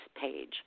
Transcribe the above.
page